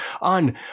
on